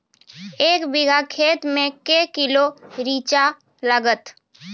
एक बीघा खेत मे के किलो रिचा लागत?